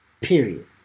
Period